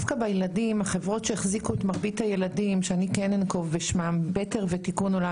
החברות שהחזיקו את מרבית הילדים הן בטר ותיקון עולם.